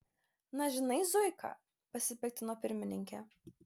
na žinai zuika pasipiktino pirmininkė